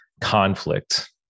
conflict